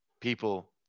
people